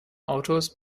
autors